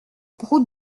route